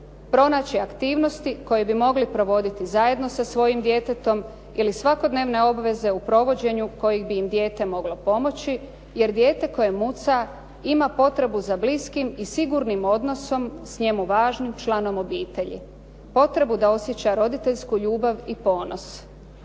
Pronaći aktivnosti koje bi mogli provoditi zajedno sa svojim djetetom ili svakodnevne obveze u provođenju kojih bi im dijete moglo pomoći, jer dijete koje muca ima potrebu za bliskim i sigurnim odnosom s njemu važnim članom obitelji, potrebu da osjeća roditeljsku ljubav i ponos.